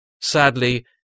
sadly